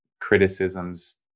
criticisms